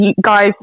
Guys